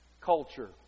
culture